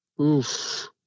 Oof